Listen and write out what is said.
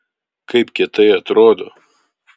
kaip kietai atrodo